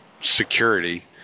security